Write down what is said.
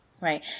Right